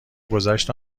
گذشت